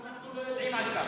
למה אנחנו לא יודעים על כך?